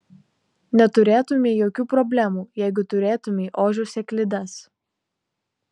neturėtumei jokių problemų jeigu turėtumei ožio sėklides